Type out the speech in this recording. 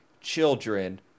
children